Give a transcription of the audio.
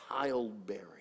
childbearing